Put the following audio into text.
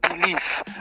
belief